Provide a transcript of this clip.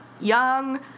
young